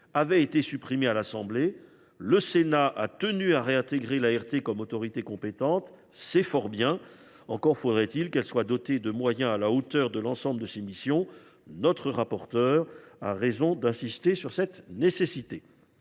avait été supprimée à l’Assemblée nationale. Le Sénat a tenu à réintégrer l’ART comme autorité compétente. C’est fort bien, mais encore faudrait il qu’elle soit dotée de moyens à la hauteur de l’ensemble de ses missions. M. le rapporteur a raison d’insister sur cette nécessité.